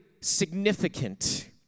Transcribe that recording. significant